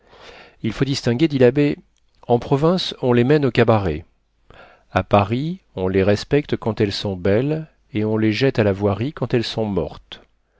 il faut distinguer dit l'abbé en province on les mène au cabaret à paris on les respecte quand elles sont belles et on les jette à la voirie quand elles sont mortes